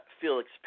Felix